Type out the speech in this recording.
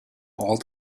all